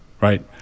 right